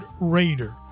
Raider